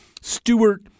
Stewart